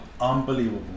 Unbelievable